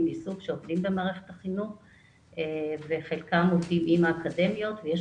בעיסוק שעובדים במערכת החינוך וחלקם עובדים עם האקדמיות ויש